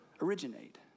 originate